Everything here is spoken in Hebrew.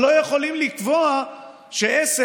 אבל לא יכולים לקבוע שעסק